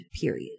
period